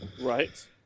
Right